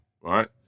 right